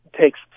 takes